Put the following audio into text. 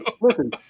Listen